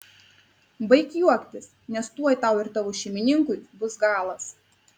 baik juoktis nes tuoj tau ir tavo šeimininkui bus galas